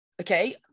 okay